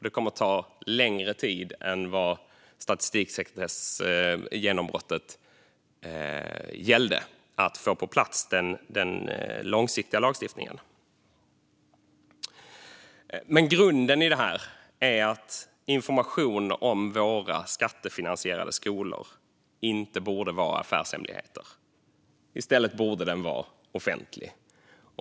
Det kommer att ta längre tid än vad statistiksekretessgenombrottet gällde att få den långsiktiga lagstiftningen på plats. Grunden i detta är att information om våra skattefinansierade skolor inte borde vara en affärshemlighet, utan den borde i stället vara offentlig.